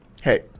hey